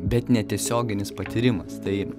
bet netiesioginis patyrimas tai